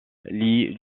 lee